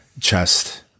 chest